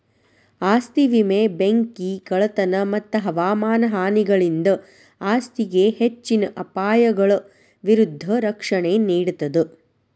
ಆಸ್ತಿ ವಿಮೆ ಬೆಂಕಿ ಕಳ್ಳತನ ಮತ್ತ ಹವಾಮಾನ ಹಾನಿಗಳಿಂದ ಆಸ್ತಿಗೆ ಹೆಚ್ಚಿನ ಅಪಾಯಗಳ ವಿರುದ್ಧ ರಕ್ಷಣೆ ನೇಡ್ತದ